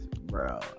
bro